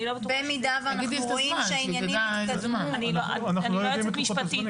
במידה ואנחנו רואים שהעניינים התקדמו --- אני לא יועצת משפטית,